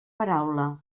paraula